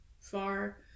far